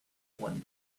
one